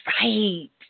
right